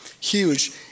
Huge